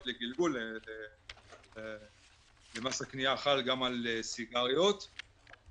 לגלגול לשיעור המס החל על מוצרי טבק דומים).